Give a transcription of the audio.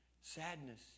sadness